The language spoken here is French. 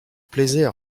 plaisaient